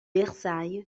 versailles